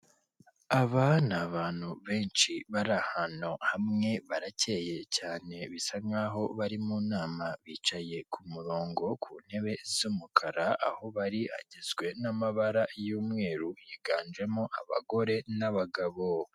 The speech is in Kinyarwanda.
Aba ni abantu benshi bari ahantu hamwe baracyeye cyane bisa nk'aho bari mu nama, bicaye ku murongo ku ntebe z'umukara, aho bari hagizwe n'amabara y'umweru higanjemo abagore n'abagabo.